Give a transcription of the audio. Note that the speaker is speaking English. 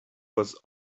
was